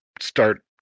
start